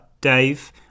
Dave